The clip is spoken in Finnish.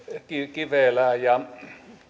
kivelää ja